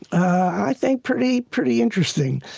i think pretty pretty interesting.